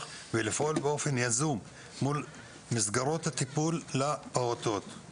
ולפעול באופן יזום מול מסגרות הטיפול לפעוטות.